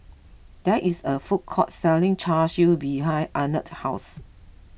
there is a food court selling Char Siu behind Arnett's house